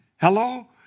Hello